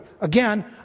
again